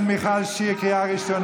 ביביקרטיה.